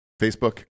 Facebook